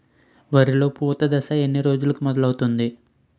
వరిలో పూత దశ ఎన్ని రోజులకు మొదలవుతుంది?